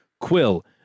Quill